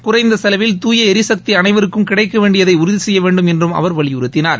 குறைந்த செலவில் தூய ளரிசக்தி அனைவருக்கும் கிடைக்க வேண்டியதை உறுதி செய்ய வேண்டும் என்றும் அவர் வலியுறுத்தினார்